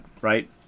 right